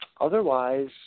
Otherwise